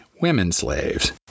women-slaves